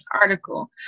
article